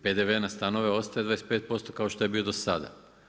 PDV na stanove ostaje 25% kao što je bio do sada.